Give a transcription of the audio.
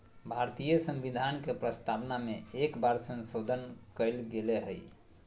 भारतीय संविधान के प्रस्तावना में एक बार संशोधन कइल गेले हइ